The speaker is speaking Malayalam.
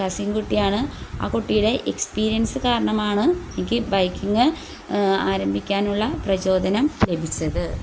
കസിൻ കുട്ടിയാണ് ആ കുട്ടിയുടെ എക്സ്പീരിയൻസ് കാരണമാണ് എനിക്ക് ബൈക്കിങ് ആരംഭിക്കാനുള്ള പ്രചോദനം ലഭിച്ചത്